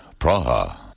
Praha